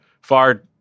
Far